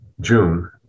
June